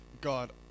God